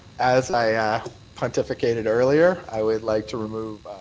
as i i pontificated earlier, i would like to remove